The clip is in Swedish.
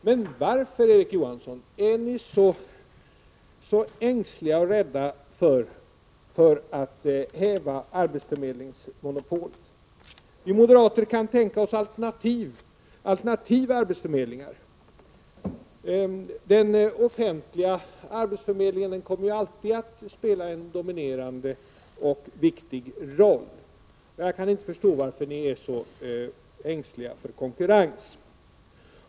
Men varför, Erik Johansson, är ni så ängsliga och rädda för att häva arbetsförmedlingsmonopolet? Vi kan tänka oss alternativa arbetsförmedlingar. Den offentliga arbetsförmedlingen kommer ju alltid att spela en dominerande och viktig roll. Vi kan inte förstå varför ni är så ängsliga för konkurrens.